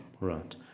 Right